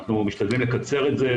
אנחנו משתדלים לקצר את זה,